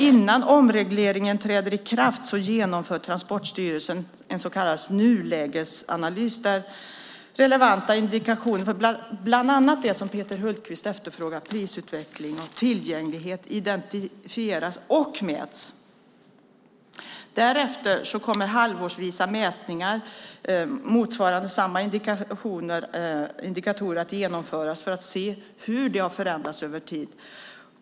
Innan omregleringen träder i kraft genomför Transportstyrelsen en så kallad nulägesanalys där relevanta indikatorer för bland annat det som Peter Hultqvist efterfrågar, prisutveckling och tillgänglighet, identifieras och mäts. Därefter kommer halvårsvisa mätningar av samma indikatorer att genomföras för att se hur de har förändrats över tid.